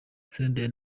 senderi